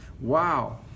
wow